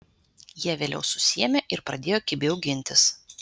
jie vėliau susiėmė ir pradėjo kibiau gintis